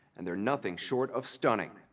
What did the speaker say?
and they're nothing short of stunning.